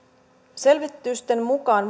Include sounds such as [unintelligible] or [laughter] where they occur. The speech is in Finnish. selvitysten mukaan [unintelligible]